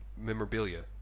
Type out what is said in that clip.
memorabilia